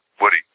Woody